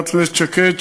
חברת הכנסת שקד,